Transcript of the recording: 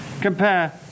compare